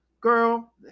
Girl